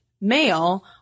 male